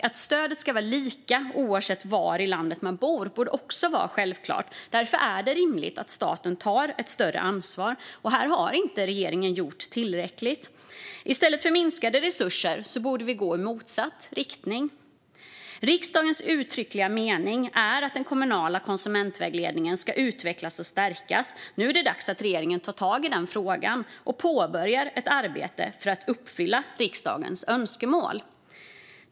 Att stödet ska vara detsamma oavsett var i landet man bor borde också vara självklart. Därför är det rimligt att staten tar ett större ansvar, och här har regeringen inte gjort tillräckligt. I stället för minskade resurser borde vi gå i motsatt riktning. Riksdagens uttryckliga mening är att den kommunala konsumentvägledningen ska utvecklas och stärkas, och nu är det dags att regeringen tar tag i den frågan och påbörjar ett arbete för att uppfylla riksdagens önskemål.